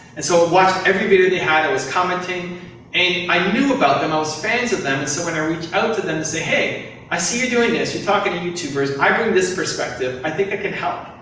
and so i watched every video they had, i was commenting and i knew about them. i was fans of them, and so when i reached out to them to say hey, i see you're doing this. you're talking to youtubers. i bring this perspective. i think i can help.